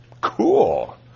Cool